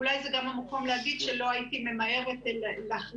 אולי זה גם המקום להגיד שלא הייתי ממהרת להחריג